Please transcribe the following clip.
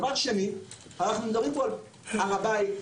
כי הדרך הטובה ביותר לשמור על השקט זה להרחיק את היהודים.